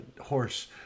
horse